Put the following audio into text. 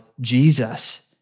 Jesus